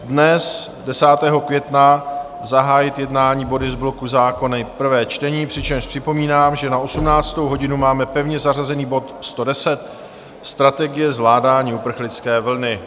Dnes, 10. května, zahájit jednání body z bloku zákony, prvé čtení, přičemž připomínám, že na 18. hodinu máme pevně zařazený bod 110 Strategie zvládání uprchlické vlny.